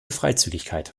freizügigkeit